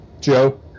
Joe